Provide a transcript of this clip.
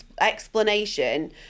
explanation